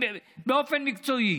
באופן מקצועי.